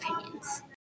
opinions